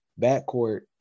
backcourt